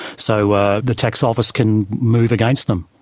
so the tax office can move against them.